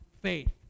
faith